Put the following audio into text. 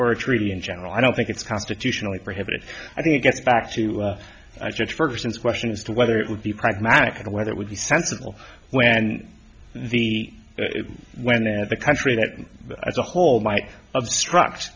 for a treaty in general i don't think it's constitutionally prohibited i think it gets back to ferguson's question as to whether it would be pragmatic and whether it would be sensible when and the when the country that as a whole might obstruct